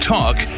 Talk